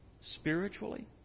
spiritually